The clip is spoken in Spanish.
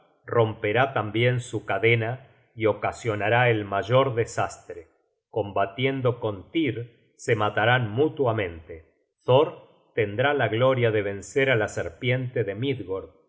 romperá tambien su cadena y ocasionará el mayor desastre combatiendo con tyr se matarán mutuamente thor tendrá la gloria de vencer á la serpiente de